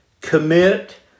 commit